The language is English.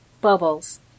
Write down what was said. bubbles